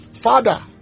father